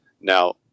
now